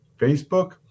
Facebook